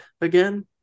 again